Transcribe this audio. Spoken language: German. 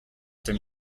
dem